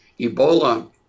Ebola